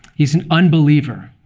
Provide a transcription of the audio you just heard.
he's an unbeliever.